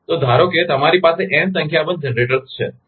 તો ધારો કે તમારી પાસે n સંખ્યાબંધ જનરેટર્સ છે